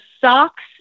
socks